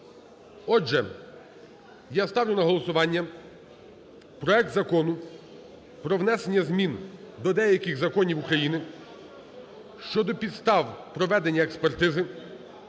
Отже, я ставлю на голосування проект Закону про внесення змін до деяких законів України щодо підстав проведення експертизи